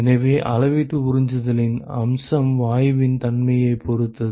எனவே அளவீட்டு உறிஞ்சுதலின் அம்சம் வாயுவின் தன்மையைப் பொறுத்தது